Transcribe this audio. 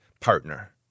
partner